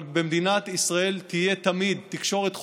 אבל במדינת ישראל תהיה תמיד תקשורת חופשית,